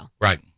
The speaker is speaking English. Right